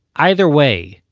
either way,